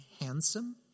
handsome